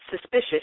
suspicious